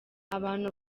abantu